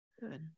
Good